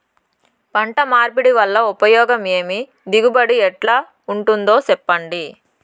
పంట మార్పిడి వల్ల ఉపయోగం ఏమి దిగుబడి ఎట్లా ఉంటుందో చెప్పండి?